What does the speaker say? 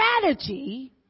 strategy